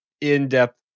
in-depth